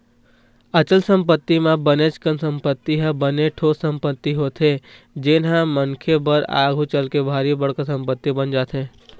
अचल संपत्ति म बनेच कन संपत्ति ह बने ठोस संपत्ति होथे जेनहा मनखे बर आघु चलके भारी बड़का संपत्ति बन जाथे